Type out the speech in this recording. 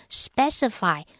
specify